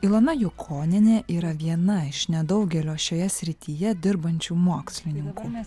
ilona jukonienė yra viena iš nedaugelio šioje srityje dirbančių mokslininkų